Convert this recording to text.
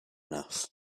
enough